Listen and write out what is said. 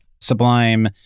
Sublime